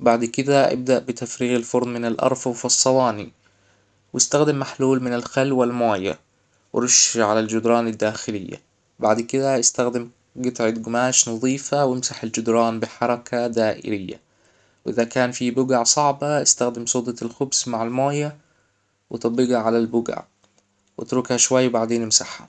بعد كدا ابدأ بتفريغ الفرن من الارفف والصواني واستخدم محلول من الخل والموية ورش على الجدران الداخلية بعد كذا استخدم جطعة جماش نظيفة وامسح الجدران بحركة دائرية واذا كان في بجع صعبة استخدم صودا الخبز مع الموية وطبقها على البقع واتركها شوي بعدين امسحها